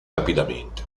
rapidamente